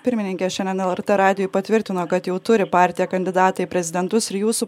pirmininkė šiandien lrt radijui patvirtino kad jau turi partija kandidatą į prezidentus ir jūsų